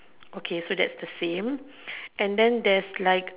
okay so that's the same and then there's like